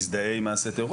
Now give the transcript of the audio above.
מזדהה עם מעשה טרור.